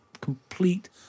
complete